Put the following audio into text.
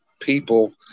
people